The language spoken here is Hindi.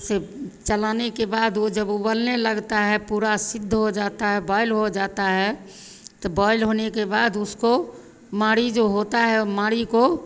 से चलाने के बाद वह जब उबलने लगता है पूरा सिद्ध हो जाता है बॉयल हो जाता है तो बॉयल होने के बाद उसको माँड़ी जो होता है वह माँड़ी को